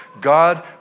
God